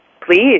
Please